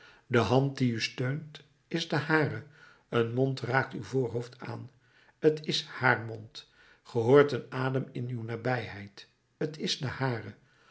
de hand die u steunt is de hare een mond raakt uw voorhoofd aan t is haar mond ge hoort een adem in uw nabijheid t is de hare